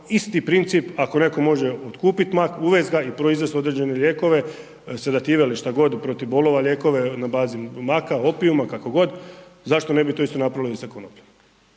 isti princip ako netko može otkupit mak, uvest ga i proizvest određene lijekove, sedative ili šta god, protiv bolova lijekove na bazi maka, opiuma, kako god, zašto to isto ne bi napravili i sa konopljom?